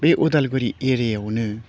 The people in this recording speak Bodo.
बे उदालगुरि एरियायावनो